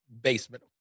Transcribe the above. basement